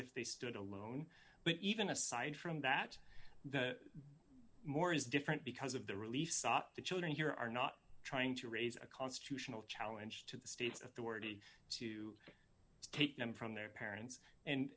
if they stood alone but even aside from that the more is different because of the relief stop the children here are not trying to raise a constitutional challenge to the state's authority to take them from their parents and